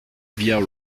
via